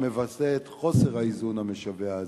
המבטא את חוסר האיזון המשווע הזה,